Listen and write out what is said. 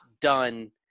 done